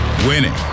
Winning